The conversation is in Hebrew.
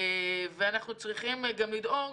אנחנו גם צריכים לדאוג,